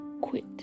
quit